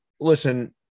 listen